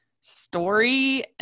story